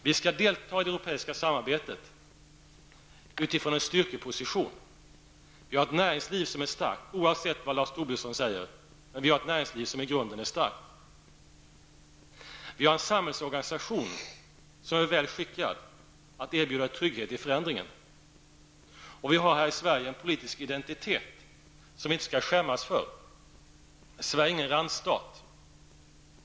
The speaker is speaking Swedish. Vi skall delta i det europeiska samarbetet utifrån en styrkeposition. Vi har ett näringsliv som är starkt, oavsett vad Lars Tobisson säger. Vi har en samhällsorganisation som är väl skickad att erbjuda trygghet i förändringen, och vi har här i Sverige en politisk identitet som vi inte skall skämmas för. Sverige är ingen randstat.